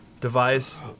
device